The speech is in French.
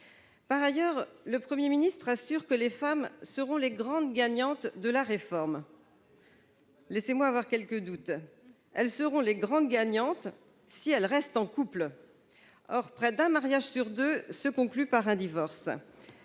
Par ailleurs, le Premier ministre assure que les femmes seront « les grandes gagnantes de la réforme ». Laissez-moi avoir quelques doutes, car elles seront les grandes gagnantes si elles restent en couple. Or près d'un mariage sur deux se conclut par un divorce.